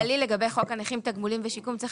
באופן כללי לגבי חוק הנכים (תגמולים ושיקום) צריך